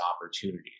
opportunities